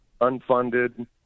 unfunded